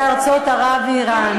דיברתי על יוצאי ארצות ערב ואיראן.